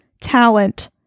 talent